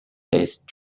based